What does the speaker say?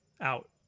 out